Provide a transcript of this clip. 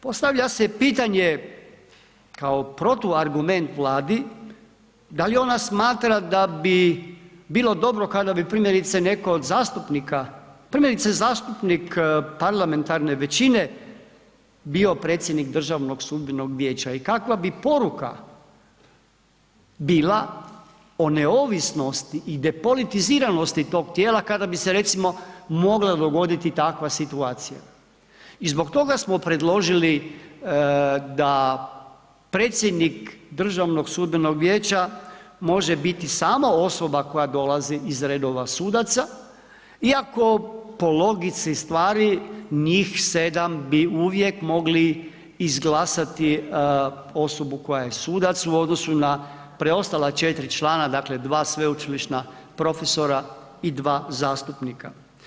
Postavlja se pitanje kao protuargument Vladi da li ona smatra da bi bilo dobro kada bi primjerice netko od zastupnika, primjerice zastupnik parlamentarne većine bio predsjednik DSV-a i kakva bi poruka bila o neovisnosti i depolitiziranosti tog tijela kada bi se recimo mogla dogoditi takva situacija i zbog toga smo predložili da predsjednik DSV-a može biti samo osoba koja dolazi iz redova sudaca iako po logici stvari njih 7 bi uvijek mogli izglasati osobu koja je sudac u odnosu na preostala 4 člana, dakle, 2 sveučilišna profesora i 2 zastupnika.